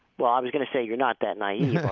well i was going to say, you're not that naive yeah